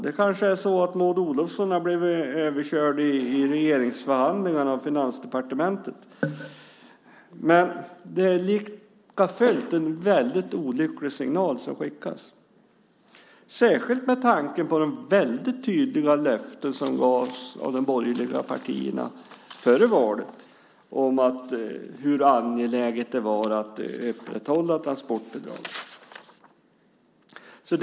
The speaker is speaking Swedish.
Maud Olofsson har kanske blivit överkörd i regeringsförhandlingarna av Finansdepartementet. Men det är likafullt en väldigt olycklig signal som skickas, särskilt med tanke på de väldigt tydliga löften som gavs av de borgerliga partierna före valet om hur angeläget det var att upprätthålla transportbidraget.